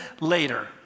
later